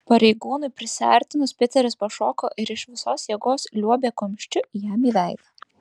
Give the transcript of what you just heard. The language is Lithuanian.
pareigūnui prisiartinus piteris pašoko ir iš visos jėgos liuobė kumščiu jam į veidą